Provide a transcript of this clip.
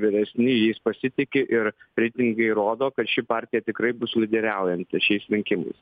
vyresni jais pasitiki ir reitingai rodo kad ši partija tikrai bus lyderiaujanti šiais rinkimais